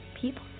people